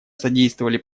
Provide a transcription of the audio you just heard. содействовали